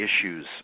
issues